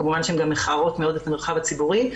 כמובן שהם גם מכערים מאוד את המרחב הציבורי.